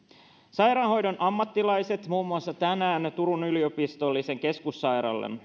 sairaanhoidon ammattilaiset muun muassa tänään turun yliopistollisen keskussairaalan